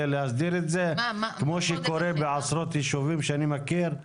להסדיר את זה כמו שקורה בעשרות יישובים שאני מכיר?